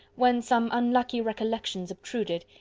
when some unlucky recollections obtruded,